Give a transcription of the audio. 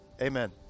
amen